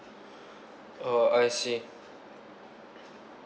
oh I see